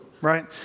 right